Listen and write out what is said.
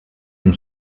den